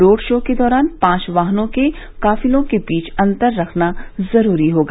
roadshow के दौरान पांच वाहनों के काफिलों के बीच अन्तर रखना जरूरी होगा